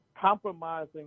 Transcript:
Compromising